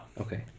Okay